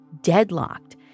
deadlocked